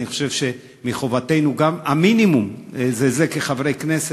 אני חושב שמחובתנו גם המינימום זה, כחברי כנסת,